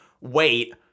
wait